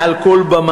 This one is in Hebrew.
מעל כל במה,